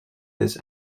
this